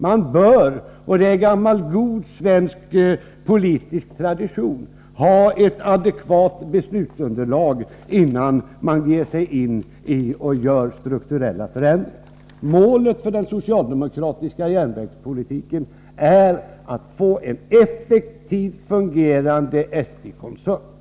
Man bör — och det är gammal god svensk politisk tradition — ha ett adekvat beslutsunderlag innan man gör strukturella förändringar. Målet för den socialdemokratiska järnvägspolitiken är att få en effektivt fungerande SJ-koncern.